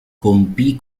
compì